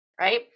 right